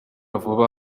vuba